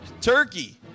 turkey